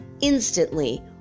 instantly